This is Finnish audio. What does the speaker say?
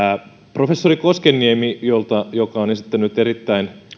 professori koskenniemi joka on esittänyt erittäin